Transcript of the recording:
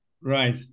Right